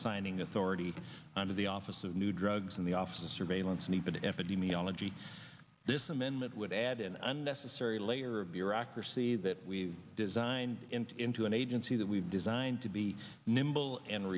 signing authority under the office of new drugs and the office surveillance and even epidemiology this amendment would add an unnecessary layer of bureaucracy that we designed into into an agency that we've designed to be